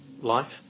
life